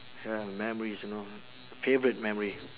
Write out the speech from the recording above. ya memories you know favourite memory